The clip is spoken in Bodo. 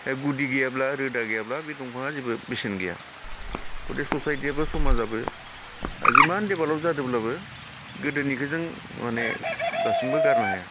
दा गुदि गैयाब्ला रोदा गैयाब्ला बे दंफाङा जेबो बेसेन गैया गथिके सयायटियाबो समाजाबो जिमान देभेलप जादोंब्लाबो गोदोनिखौ जों माने दासिमबो गारनो हाया